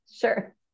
Sure